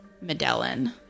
Medellin